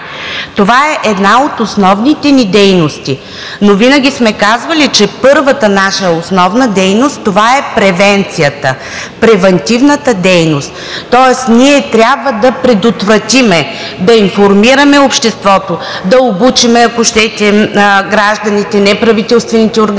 Това е една от основните ни дейности. Винаги сме казвали, че първата наша основна дейност това е превенцията – превантивната дейност. Тоест ние трябва да предотвратим, да информираме обществото, да обучим, ако щете, гражданите, неправителствените организации,